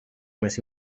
més